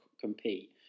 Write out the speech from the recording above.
compete